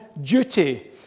duty